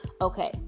Okay